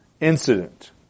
incident